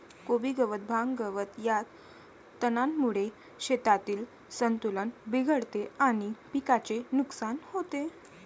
कोबी गवत, भांग, गवत या तणांमुळे शेतातील संतुलन बिघडते आणि पिकाचे नुकसान होते